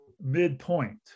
midpoint